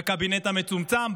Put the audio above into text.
בקבינט המצומצם,